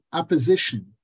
opposition